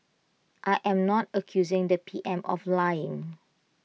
I am not accusing the P M of lying